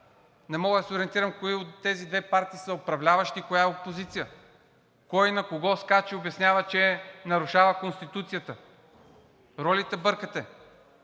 не мога да се ориентирам коя от тези две партии са управляващи и коя е опозиция, кой на кого скача и обяснява, че нарушава Конституцията. Ролите бъркате.